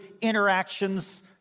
interactions